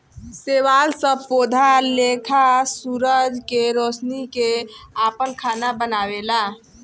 शैवाल सब पौधा लेखा सूरज के रौशनी से आपन खाना बनावेला